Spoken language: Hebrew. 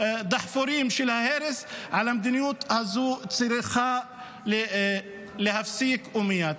דחפורי ההרס, המדיניות הזאת צריכה להיפסק ומייד.